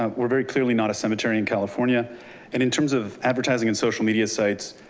um we're very clearly not a cemetery in california. and in terms of advertising and social media sites,